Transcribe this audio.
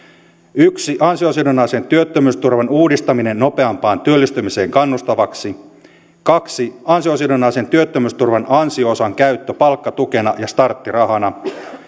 yksi ansiosidonnaisen työttömyysturvan uudistaminen nopeampaan työllistymiseen kannustavaksi kaksi ansiosidonnaisen työttömyysturvan ansio osan käyttö palkkatukena ja starttirahana